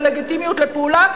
ולגיטימיות לפעולה,